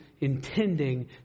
intending